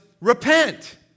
repent